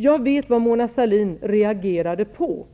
Jag vet vad Mona Sahlin reagerade mot.